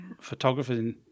photographers